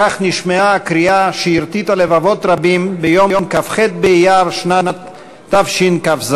כך נשמעה הקריאה שהרטיטה לבבות רבים ביום כ"ח באייר שנת תשכ"ז.